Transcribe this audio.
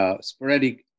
sporadic